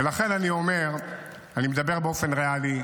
לכן אני אומר, אני מדבר באופן ריאלי.